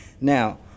Now